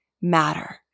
matter